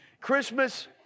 Christmas